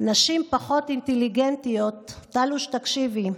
"נשים פחות אינטליגנטיות" טלוש, תקשיבי,